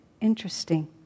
interesting